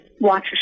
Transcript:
watch